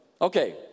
Okay